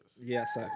Yes